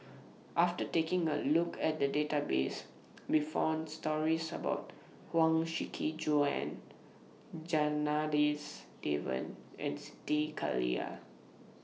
after taking A Look At The Database We found stories about Huang Shiqi Joan Janadas Devan and Siti Khalijah